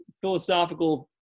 philosophical